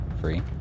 free